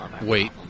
wait